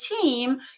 team